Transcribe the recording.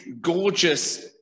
gorgeous